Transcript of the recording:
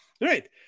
right